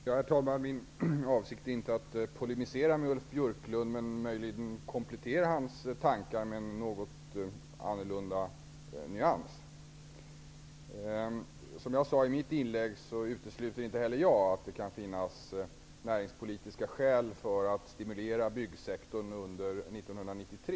Herr talman! Min avsikt är inte att polemisera med Ulf Björklund. Möjligen skall mitt inlägg ses som en komplettering av hans tankar med en något annorlunda nyans. Som jag sade i tidigare inlägg utesluter inte heller jag att det kan finnas näringspolitiska skäl att stimulera byggsektorn under 1993.